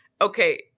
Okay